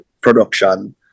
production